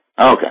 Okay